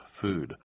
food